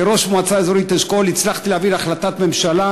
כראש מועצה אזורית אשכול הצלחתי להעביר החלטת ממשלה